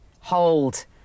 hold